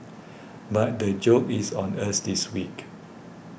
but the joke is on us this week